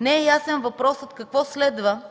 Не е ясен въпросът: какво следва,